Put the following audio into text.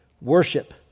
worship